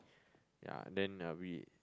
ya then uh we